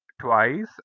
twice